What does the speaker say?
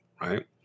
right